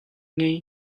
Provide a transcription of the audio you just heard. ngei